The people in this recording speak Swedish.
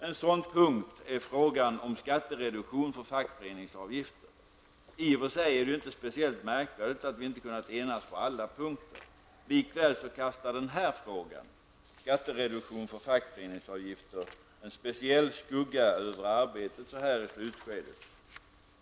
En sådan punkt är frågan om skattereduktion för fackföreningsavgifter. I och för sig är det ju inte speciellt märkvärdigt att vi inte kunnat enas på alla punkter. Likväl kastar den här frågan -- skattereduktion för fackföreningsavgifter -- en speciell skugga över arbetet så här i slutskedet.